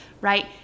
right